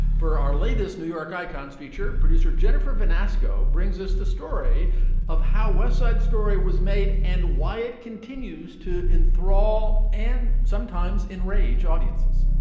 for our latest new york icons feature producer jennifer van asco brings us the story of how west side story was made and why it continues to enthrall and sometimes enrage audiences